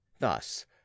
Thus